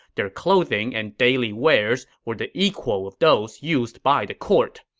their clothing and daily wares were the equal of those used by the court.